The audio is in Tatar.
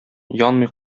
янмый